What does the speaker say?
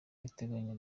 iteganya